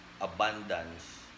abundance